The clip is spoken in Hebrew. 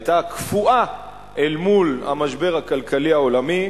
היתה קפואה אל מול המשבר הכלכלי העולמי.